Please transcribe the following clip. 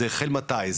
זה החל מתי,